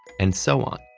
and so on.